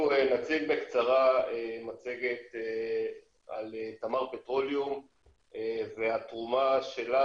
אנחנו נציג בקצרה מצגת על תמר פטרוליום והתרומה שלה